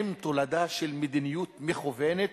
הם תולדה של מדיניות מכוּונת